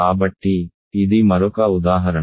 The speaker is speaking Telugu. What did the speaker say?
కాబట్టి ఇది మరొక ఉదాహరణ